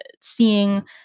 seeing